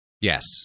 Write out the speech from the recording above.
Yes